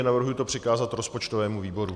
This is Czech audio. Navrhuji to přikázat rozpočtovému výboru.